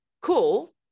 Cool